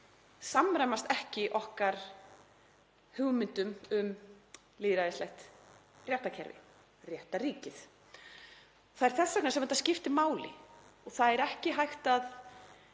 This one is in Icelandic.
samræmast ekki okkar hugmyndum um lýðræðislegt réttarkerfi, réttarríkið. Það er þess vegna sem þetta skiptir máli. Það er ekki hægt að